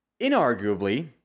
inarguably